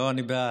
לא, אני בעד.